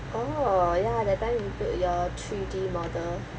oh ya that time you build your three D model